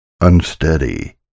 unsteady